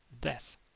Death